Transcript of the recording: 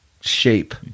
shape